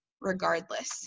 regardless